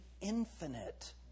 infinite